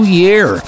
year